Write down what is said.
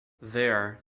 there